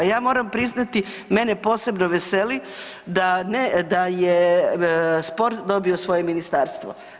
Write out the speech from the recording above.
Ja moram priznati mene posebno veseli da je sport dobio svoje ministarstvo.